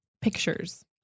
pictures